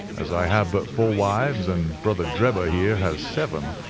as i have but four wives and brother drebber here has seven,